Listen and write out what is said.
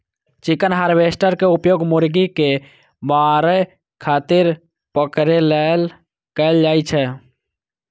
chicken harvester के उपयोग मुर्गी कें मारै खातिर पकड़ै लेल कैल जाइ छै